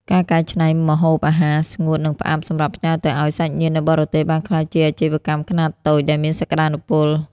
ការកែច្នៃម្ហូបអាហារស្ងួត និងផ្អាប់សម្រាប់ផ្ញើទៅឱ្យសាច់ញាតិនៅបរទេស បានក្លាយជាអាជីវកម្មខ្នាតតូចដែលមានសក្ដានុពល។